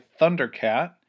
Thundercat